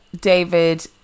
David